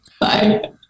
Bye